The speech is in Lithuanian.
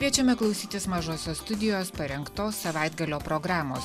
kviečiame klausytis mažosios studijos parengtos savaitgalio programos